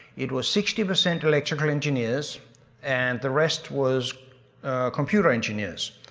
it was sixty percent electrical engineers and the rest was computer engineers.